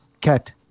cat